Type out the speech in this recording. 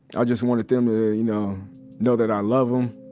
i just wanted them to you know know that i love em.